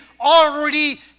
already